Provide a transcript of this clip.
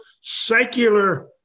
secular